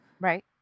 right